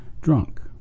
drunk